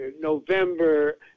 November